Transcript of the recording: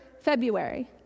February